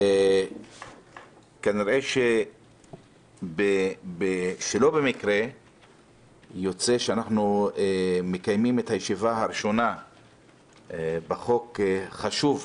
כנראה שלא במקרה יוצא שאנחנו מקיימים את הישיבה הראשונה בחוק החשוב,